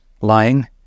lying